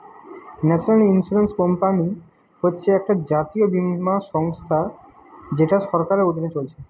national Insurance Company হচ্ছে একটা জাতীয় বীমা সংস্থা যেটা সরকারের অধীনে চলছে